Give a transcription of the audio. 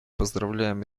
поздравляем